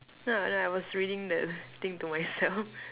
no no I was like reading the thing to myself